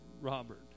Robert